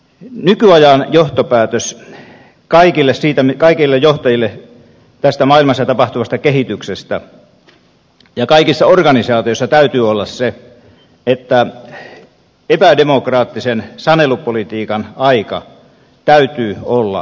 nykyajan johtopäätös kaikille johtajille ja kaikissa organisaatioissa tästä maailmassa tapahtuvasta kehityksestä täytyy olla se että epädemokraattisen sanelupolitiikan ajan täytyy olla jo ohi